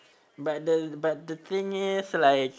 but the but the thing is like